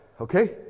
okay